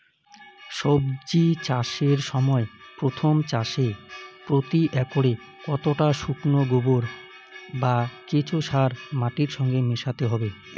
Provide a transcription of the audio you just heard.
সবজি চাষের সময় প্রথম চাষে প্রতি একরে কতটা শুকনো গোবর বা কেঁচো সার মাটির সঙ্গে মেশাতে হবে?